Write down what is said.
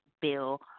bill